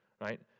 right